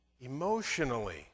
emotionally